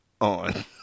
on